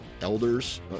elders